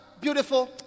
Beautiful